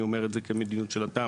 אני אומר את זה כמדיניות של התמ"א.